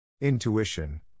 Intuition